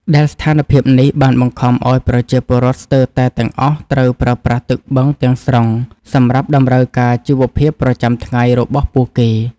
ដែលស្ថានភាពនេះបានបង្ខំឱ្យប្រជាពលរដ្ឋស្ទើរតែទាំងអស់ត្រូវប្រើប្រាស់ទឹកបឹងទាំងស្រុងសម្រាប់តម្រូវការជីវភាពប្រចាំថ្ងៃរបស់ពួកគេ។